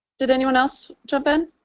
did anyone else jump in?